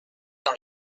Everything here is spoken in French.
dans